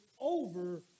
over